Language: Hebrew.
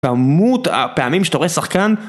כמות הפעמים שאתה רואה שחקן